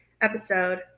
episode